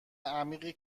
عمیقی